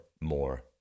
more